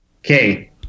Okay